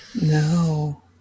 no